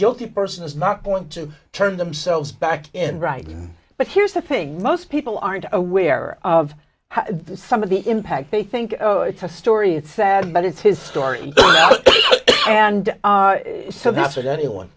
guilty person is not point to turn themselves back in writing but here's the thing most people aren't aware of some of the impact they think oh it's a story it's sad but it's his story and so that's what anyone